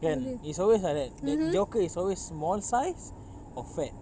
kan it's always like that joker is always small size or fat